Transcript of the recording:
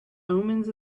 omens